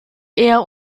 eher